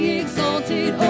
exalted